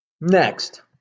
next